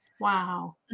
Wow